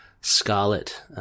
Scarlet